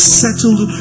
settled